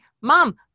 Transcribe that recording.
mom